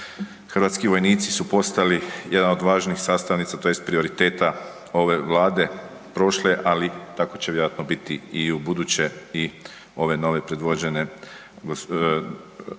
hrvatski vojnici su postali jedan od važnih sastavnica, tj. prioriteta ove Vlade prošle, ali tako će vjerojatno biti ubuduće i ove nove predvođene